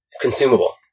consumable